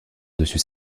dessus